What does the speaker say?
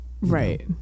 Right